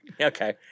Okay